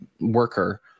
worker